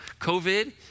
covid